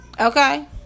Okay